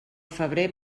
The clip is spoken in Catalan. febrer